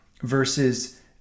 versus